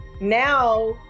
now